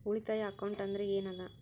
ಉಳಿತಾಯ ಅಕೌಂಟ್ ಅಂದ್ರೆ ಏನ್ ಅದ?